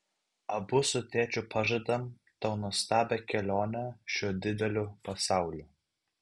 abu su tėčiu pažadam tau nuostabią kelionę šiuo dideliu pasauliu